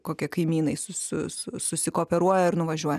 kokie kaimynai su su susikooperuoja ir nuvažiuoja